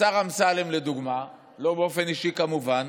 השר אמסלם, לדוגמה, לא באופן אישי, כמובן,